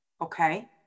Okay